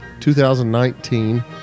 2019